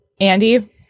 Andy